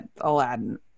Aladdin